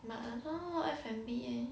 but I don't want work F&B eh